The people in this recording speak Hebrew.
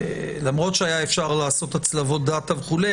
למרות שהיה אפשר לעשות הצלבות דאטה וכו'.